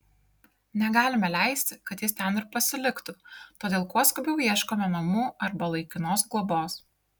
negalime leisti kad jis ten ir pasiliktų todėl kuo skubiau ieškome namų arba laikinos globos